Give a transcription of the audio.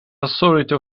authority